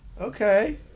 Okay